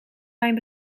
mijn